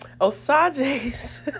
Osage's